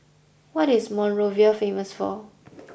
what is Monrovia famous for